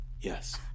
Yes